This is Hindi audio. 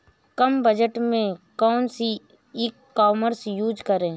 कम बजट में कौन सी ई कॉमर्स यूज़ करें?